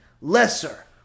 lesser